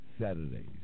Saturdays